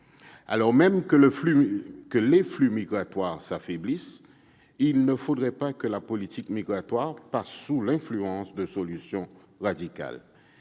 Alors même que les flux migratoires s'affaiblissent, il ne faudrait pas que la politique migratoire subisse l'influence de solutions radicales.